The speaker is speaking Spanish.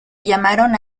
llamaron